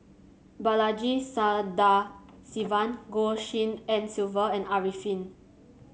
Balaji Sadasivan Goh Tshin En Sylvia and Arifin